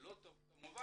זה לא טוב, כמובן,